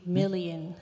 million